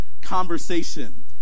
conversation